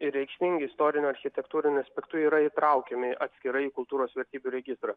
reikšmingi istoriniu architektūriniu aspektu yra įtraukiami atskirai į kultūros vertybių registrą